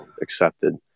accepted